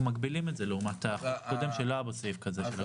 אנחנו מגבילים את זה לעומת הנוסח הקודם שלא היה בו סעיף כזה.